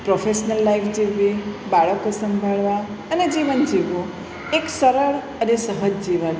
professional life જીવવી બાળકો સંભાળવા અને જીવન જીવવું એક સરળ અને સહજ જીવન